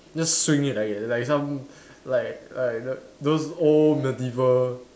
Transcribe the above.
just swing it like like some like like like those old medieval